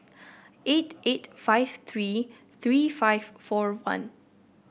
eight eight five three three five four one